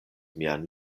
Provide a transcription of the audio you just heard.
mian